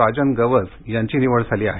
राजन गवस यांची निवड झाली आहे